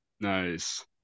nice